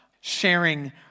sharing